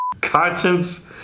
Conscience